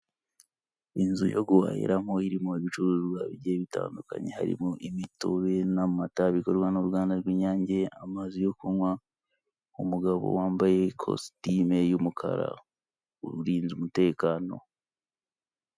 Inzu yo guhahiramo irimo ibicuruzwa bigiye bitandukanye harimo imitobe n'amata bikorwa n'uruganda rw'Inyange amazi yo kunywa, umugabo wambaye ikositimu y'umukara uririnze umutekano.